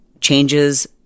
changes